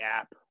app